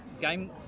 game